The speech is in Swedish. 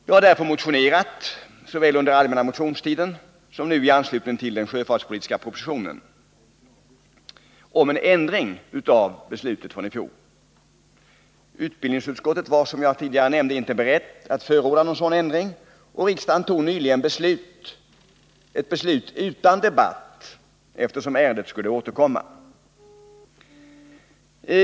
Jag har därför motionerat, såväl under allmänna motionstiden som i anslutning till den sjöfartspolitiska proposition som vi nu behandlar, om en ändring av beslutet från i fjol. Utbildningsutskottet var, som jag tidigare nämnde, inte berett att förorda någon sådan ändring, och riksdagen tog nyligen ett beslut utan debatt, eftersom ärendet skulle återkomma.